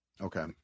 Okay